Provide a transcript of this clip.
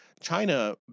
China